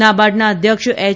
નાબાર્ડના અધ્યક્ષ એય